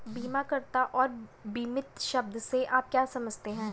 बीमाकर्ता और बीमित शब्द से आप क्या समझते हैं?